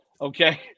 okay